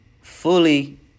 fully